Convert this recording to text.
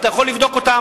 אתה יכול לבדוק אותם.